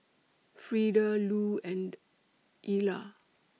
Frieda Lou and Ilah